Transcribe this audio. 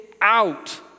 out